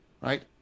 right